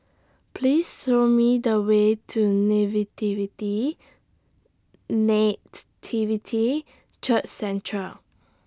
Please Show Me The Way to Nativity Church Centre